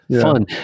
Fun